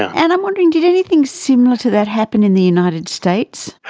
and i'm wondering, did anything similar to that happen in the united states?